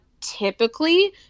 typically